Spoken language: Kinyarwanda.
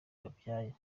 babyaye